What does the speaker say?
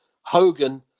Hogan